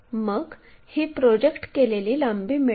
मग ही प्रोजेक्ट केलेली लांबी मिळेल